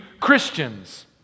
Christians